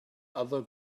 other